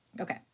okay